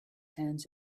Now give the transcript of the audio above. hands